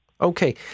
Okay